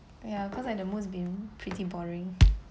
ya because at the most it's been pretty boring